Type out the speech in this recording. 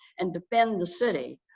and defend the city.